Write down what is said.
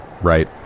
right